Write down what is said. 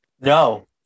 No